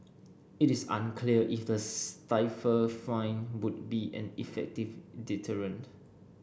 it is unclear if the stiffer fine would be an effective deterrent